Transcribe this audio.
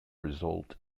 result